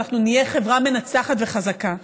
ואנחנו נהיה חברה מנצחת וחזקה.